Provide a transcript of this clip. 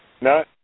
no